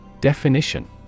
Definition